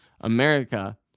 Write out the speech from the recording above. America